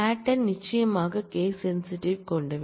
pattern நிச்சயமாக case sensitive கொண்டவை